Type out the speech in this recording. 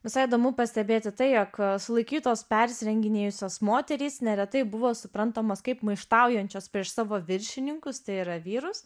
visai įdomu pastebėti tai jog sulaikytos persirenginėjusios moterys neretai buvo suprantamos kaip maištaujančios prieš savo viršininkus tai yra vyrus